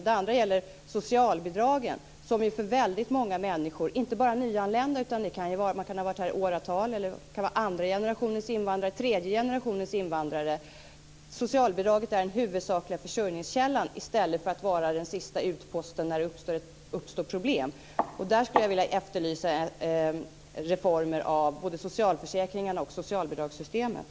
Det andra gäller socialbidragen som för väldigt många människor, inte bara nyanlända utan även människor som har varit här i åratal eller andra eller tredje generationens invandrare, är den huvudsakliga försörjningskällan i stället för att vara den sista utposten när det uppstår problem. Där skulle jag vilja efterlysa reformer av både socialförsäkringarna och socialbidragssystemet.